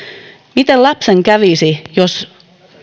miten lapsen kävisi jos